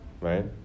right